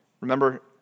Remember